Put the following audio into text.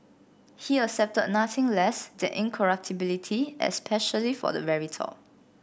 he accepted nothing less than incorruptibility especially for the very top